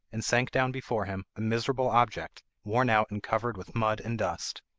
and sank down before him, a miserable object, worn out and covered with mud and dust.